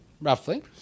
roughly